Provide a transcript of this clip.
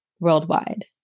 worldwide